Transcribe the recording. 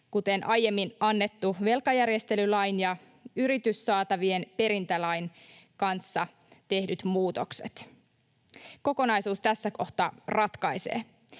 kuten aiemmin annetun velkajärjestelylain ja yrityssaatavien perintälain kanssa tehdyt muutokset — kokonaisuus tässä kohtaa ratkaisee.